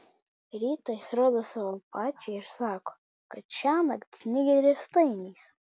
rytą jis rodo savo pačiai ir sako kad šiąnakt snigę riestainiais